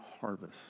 harvest